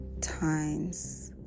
Times